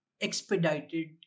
Expedited